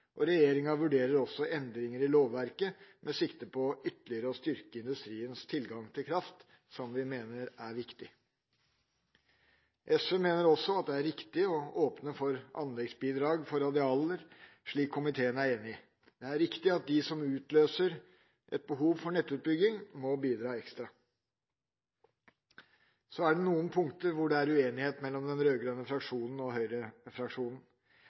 forbruk. Regjeringa vurderer også endringer i lovverket med sikte på ytterligere å styrke industriens tilgang til kraft, som vi mener er viktig. SV mener også at det er riktig å åpne for anleggsbidrag for radialene, som komiteen er enig i. Det er riktig at de som utløser et behov for nettutbygging, må bidra ekstra. Det er noen punkter der det er uenighet mellom den rød-grønne fraksjonen og høyrefraksjonen.